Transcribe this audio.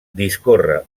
discorre